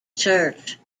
church